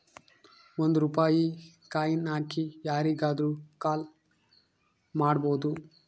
ಒಂದ್ ರೂಪಾಯಿ ಕಾಯಿನ್ ಹಾಕಿ ಯಾರಿಗಾದ್ರೂ ಕಾಲ್ ಮಾಡ್ಬೋದು